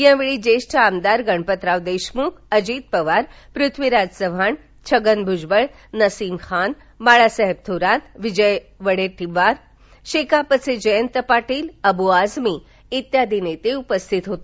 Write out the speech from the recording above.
यावेळी ज्येष्ठ आमदार गणपतराव देशमुख अजित पवार पृथ्वीराज चव्हाण छगन भुजबळ नसिम खान बाळासाहेब थोरातविजय वडेट्टीवार शेकापचे जयंत पाटील अबु आझमी आदी नेते उपस्थित होते